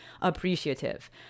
appreciative